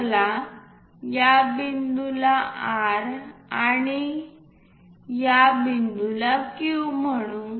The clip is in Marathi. चला या बिंदूला R आणि या बिंदूला Q म्हणू